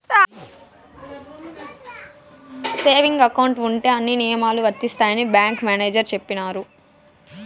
saving account ఉంటే అన్ని నియమాలు వర్తిస్తాయని బ్యాంకు మేనేజర్ చెప్పినారు